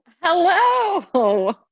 Hello